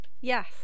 Yes